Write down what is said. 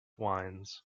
wines